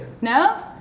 No